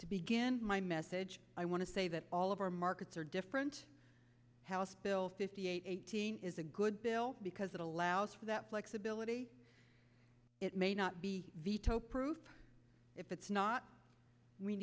to begin my message i want to say that all of our markets are different house bill fifty eight is a good bill because it allows for that flexibility it may not be veto proof if it's not we